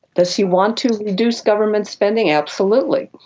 does he wants to reduce government spending? absolutely.